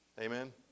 Amen